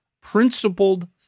principled